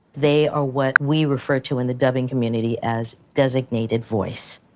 they are what we refer to in the dubbing community as designated voice,